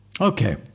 Okay